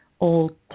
old